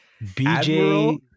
bj